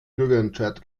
bürgerentscheid